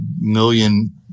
million